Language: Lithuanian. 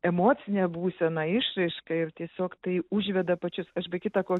emocinę būseną išraišką ir tiesiog tai užveda pačius aš be kita ko